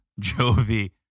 Jovi